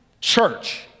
church